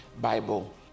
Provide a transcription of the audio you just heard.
Bible